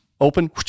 Open